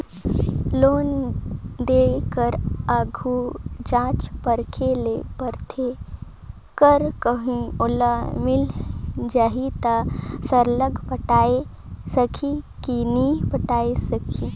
loan देय कर आघु जांचे परखे ले परथे कर कहों ओला मिल जाही ता सरलग पटाए सकही कि नी पटाए सकही